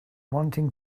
wanting